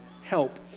help